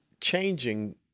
changing